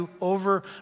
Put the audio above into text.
over